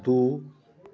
दुइ